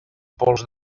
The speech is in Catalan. pols